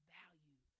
value